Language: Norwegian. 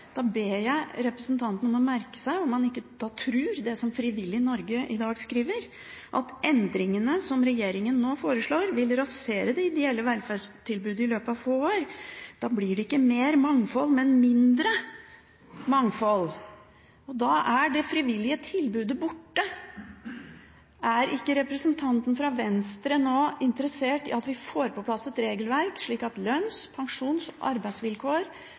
da ber jeg representanten merke seg om han ikke tror det som Frivillighet Norge i dag skriver, at «endringen regjeringspartiene foreslår vil rasere det ideelle velferdstilbudet i løpet av få år. Da blir det ikke mer mangfold, men mindre». Da er det frivillige tilbudet borte. Er ikke representanten fra Venstre nå interessert i at vi får på plass et regelverk slik at lønns-, pensjons- og arbeidsvilkår